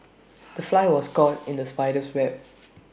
the fly was caught in the spider's web